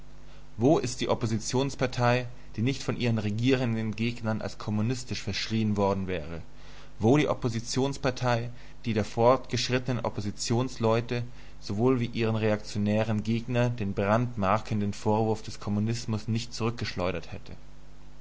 wo ist die oppositionspartei die nicht von ihren regierenden gegnern als kommunistisch verschrien worden wäre wo die oppositionspartei die den fortgeschritteneren oppositionsleuten sowohl wie ihren reaktionären gegnern den brandmarkenden vorwurf des kommunismus nicht zurückgeschleudert hätte